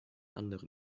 anderen